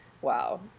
Wow